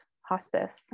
hospice